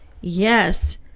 Yes